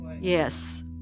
yes